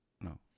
No